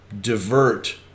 divert